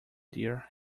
dear